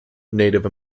native